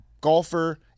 golfer